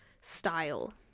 style